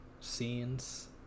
scenes